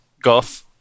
goth